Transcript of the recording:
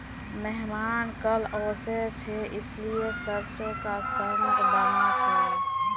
मेहमान कल ओशो छे इसीलिए सरसों का साग बाना छे